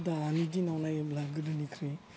दानि दिनाव नायोब्ला गोदोनिख्रुइ